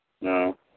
No